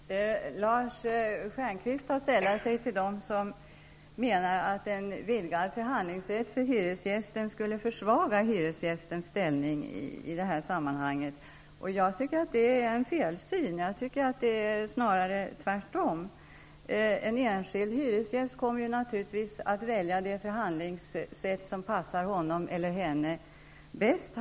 Fru talman! Lars Stjernkvist har sällat sig till dem som menar att en vidgad förhandlingsrätt för hyresgästen skulle försvaga hyresgästens ställning i detta sammanhang. Jag tycker att det är en felsyn. Jag tycker att det snarare är tvärtom. En enskild hyresgäst kommer naturligtvis att välja det förhandlingssätt som passar honom eller henne bäst.